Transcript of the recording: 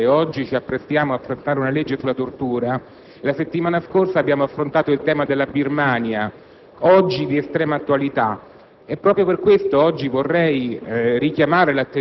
Ieri abbiamo tolto dalla Costituzione la pena di morte; oggi ci apprestiamo a trattare una legge sulla tortura. La settimana scorsa abbiamo affrontato il tema della Birmania, che oggi è di estrema attualità.